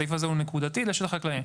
הסעיף הזה הוא נקודתי לשטח חקלאי.